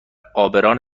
عابران